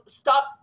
stop